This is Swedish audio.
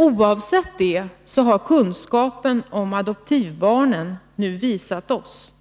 Oavsett detta har kunskapen om adoptivbarnen nu visat oss